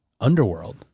Underworld